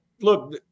look –